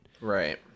Right